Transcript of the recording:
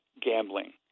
gambling